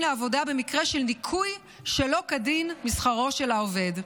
לעבודה במקרה של ניכוי שלא כדין משכרו של העובד.